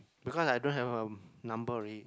because I don't have her number already